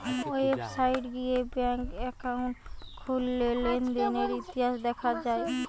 website গিয়ে bank account খুললে লেনদেনের ইতিহাস দেখা যায়